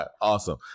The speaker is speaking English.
Awesome